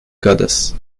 goddess